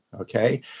okay